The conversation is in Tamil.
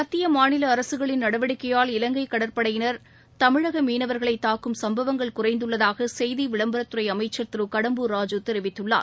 மத்திய மாநில அரசுகளின் நடவடிக்கையால் இலங்கை கடற்படையினர் தமிழக மீனவர்களை தாக்கும் சம்பவங்கள் குறைந்துள்ளதாக செய்தி விளம்பரத் துறை அமைச்சர் திரு கடம்பூர் ராஜூ தெரிவித்துள்ளார்